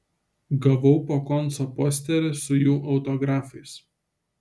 gavau po konco posterį su jų autografais